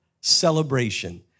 celebration